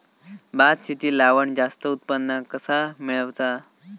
भात शेती लावण जास्त उत्पन्न कसा मेळवचा?